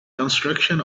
construction